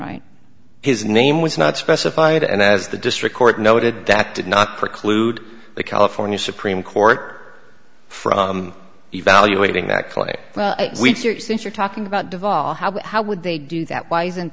write his name was not specified and as the district court noted that did not preclude the california supreme court from evaluating that clay well since you're talking about deval how how would they do that why isn't